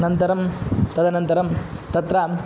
अनन्तरं तदनन्तरं तत्र